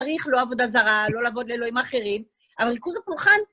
צריך לא לעבוד עזרה, לא לעבוד לאלוהים אחרים, אבל ריכוז הפולחן...